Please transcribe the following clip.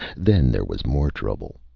then there was more trouble.